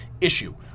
issue